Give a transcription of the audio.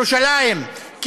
ירושלים,